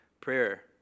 Prayer